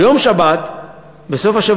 ביום שבת האחרון,